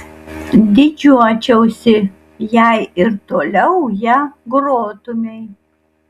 didžiuočiausi jei ir toliau ja grotumei